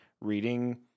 reading